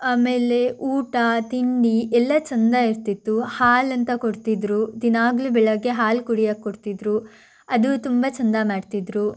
ಆಮೇಲೆ ಊಟ ತಿಂಡಿ ಎಲ್ಲ ಚಂದ ಇರ್ತಿತ್ತು ಹಾಲಂತ ಕೊಡ್ತಿದ್ರು ದಿನಾಲೂ ಬೆಳಗ್ಗೆ ಹಾಲು ಕುಡಿಯಕ್ಕೆ ಕೊಡ್ತಿದ್ರು ಅದು ತುಂಬ ಚಂದ ಮಾಡ್ತಿದ್ರು